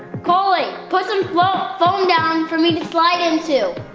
cole, put some foam down for me to slide into.